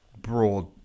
broad